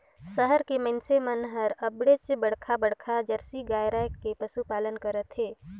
सहर के मइनसे मन हर अबड़ेच बड़खा बड़खा जरसी गाय रायख के पसुपालन करथे